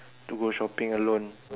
to go shopping alone